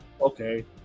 Okay